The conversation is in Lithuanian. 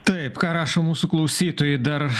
taip ką rašo mūsų klausytojai dar